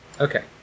Okay